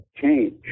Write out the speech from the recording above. change